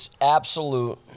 absolute